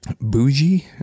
bougie